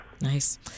Nice